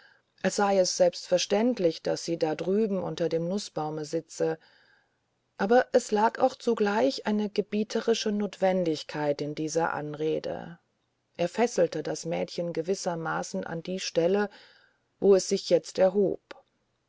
als sei es selbstverständlich daß sie da drüben unter dem nußbaume sitze aber es lag auch zugleich eine gebieterische notwendigkeit in dieser anrede er fesselte das mädchen gewissermaßen an die stelle wo es sich jetzt erhob